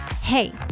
Hey